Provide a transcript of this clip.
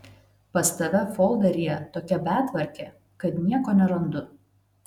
pas tave folderyje tokia betvarkė kad nieko nerandu